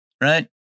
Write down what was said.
right